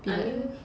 I mean